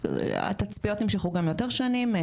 התצפיות נמשכו גם יותר שנים.